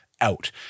out